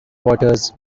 waters